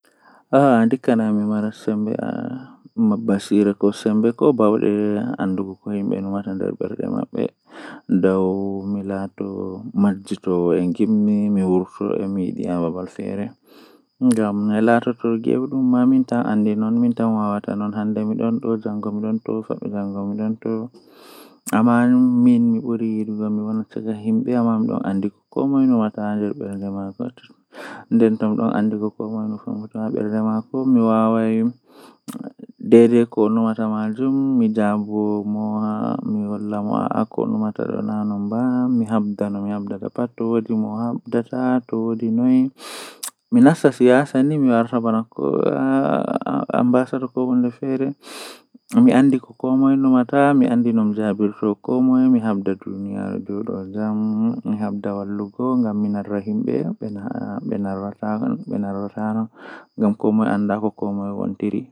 Ndikka mi laatake koomoi andi am haami yahi fuu himbe toran laara am be hoosa footooji ba am bedon yidi haala am mi naftiran be man bo ngam mi tefa ceede.